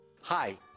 Hi